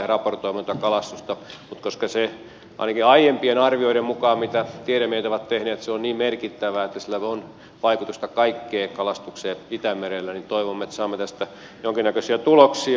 mutta koska se ainakin aiempien arvioiden mukaan joita tiedemiehet ovat tehneet on niin merkittävää että sillä on vaikutusta kaikkeen kalastukseen itämerellä niin toivomme että saamme tästä jonkinnäköisiä tuloksia